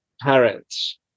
parents